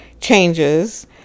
changes